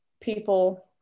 people